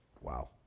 Wow